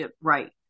right